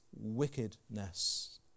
wickedness